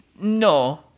no